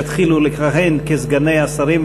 יתחילו לכהן כסגני השרים,